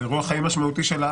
זה אירוע חיים משמעותי של האח.